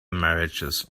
marriages